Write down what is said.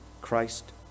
Christ